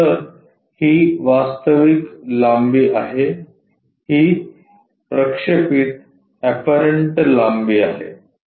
तर ही वास्तविक लांबी आहे ही प्रक्षेपित एपरंट लांबी आहे